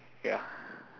ya